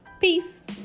Peace